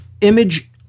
image